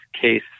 case